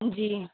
جی